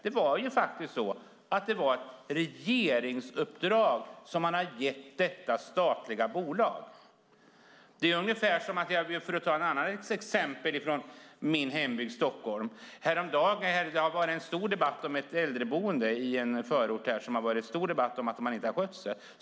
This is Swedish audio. Det var faktiskt så att det var ett regeringsuppdrag som man hade gett detta statliga bolag. Jag kan ta ett annat exempel från min hembygd Stockholm. Det har varit en stor debatt om ett äldreboende i en förort där man inte har skött sig.